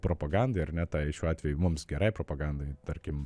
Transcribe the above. propagandai ar ne tai šiuo atveju mums gerai propagandai tarkim